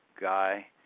guy